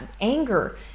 anger